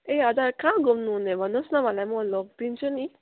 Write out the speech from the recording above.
ए हजुर कहाँ घुम्नुहुने भन्नुहोस् न मलाई म लगिदिन्छु नि